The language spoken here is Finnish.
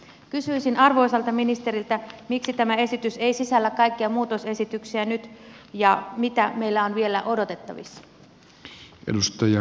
kysyisin arvoisalta ministeriltä miksi tämä esitys ei sisällä kaikkia muutosesityksiä nyt ja mitä meillä on vielä odotettavissa